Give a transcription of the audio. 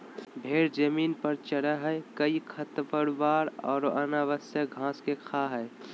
भेड़ जमीन पर चरैय हइ कई खरपतवार औरो अनावश्यक घास के खा हइ